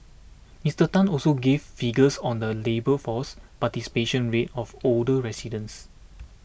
Mister Tan also gave figures on the labour force participation rate of older residents